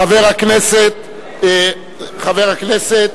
חבר הכנסת